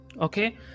okay